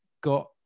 got